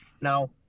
Now